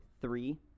three